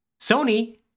Sony